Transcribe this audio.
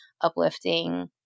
uplifting